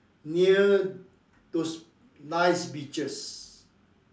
near those nice beaches